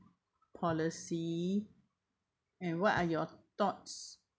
policy and what are your thoughts